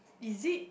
is it